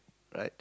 right